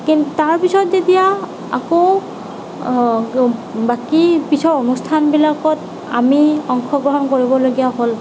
তাৰ পিছত যেতিয়া আকৌ বাকী পিছৰ অনুষ্ঠানবিলাকত আমি অংশগ্ৰহণ কৰিবলগীয়া হ'ল